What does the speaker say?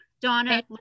Donna